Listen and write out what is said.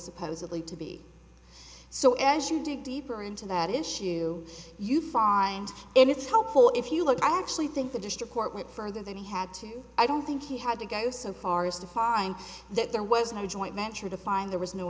supposedly to be so as you dig deeper into that issue you find it's helpful if you look i actually think the district court went further than he had to i don't think he had to go so far as to find that there was no joint venture the find there was no